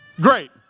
Great